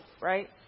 right